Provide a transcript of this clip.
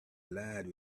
lied